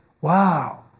wow